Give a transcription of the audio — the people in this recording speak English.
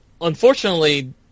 unfortunately